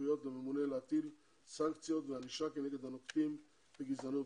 סמכויות לממונה להטיל סנקציות וענישה כנגד הנוקטים בגזענות.